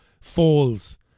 falls